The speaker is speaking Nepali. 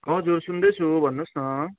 हजुर सुन्दैछु भन्नुहोस् न